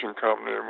company